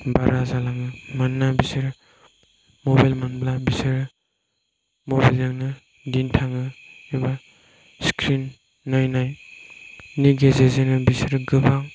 बारा जालाङो मानोना बिसोरो मबाइल मोनबा बिसोरो मबाइलजोंनो दिन थाङो एबा स्क्रिन नायनायनि गेजेरजोंनो बिसोरो गोबां